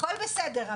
הכול בסדר.